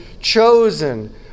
chosen